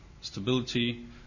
stability